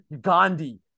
gandhi